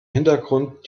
hintergrund